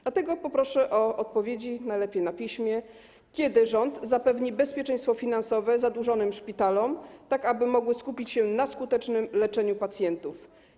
Dlatego poproszę o odpowiedzi, najlepiej na piśmie: Kiedy rząd zapewni bezpieczeństwo finansowe zadłużonym szpitalom, tak aby mogły skupić się na skutecznym leczeniu pacjentów?